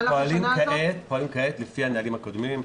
לא, אנחנו פועלים כעת לפי הנהלים הקודמים,